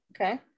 Okay